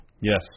Yes